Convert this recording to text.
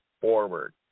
forward